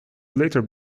later